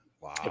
Wow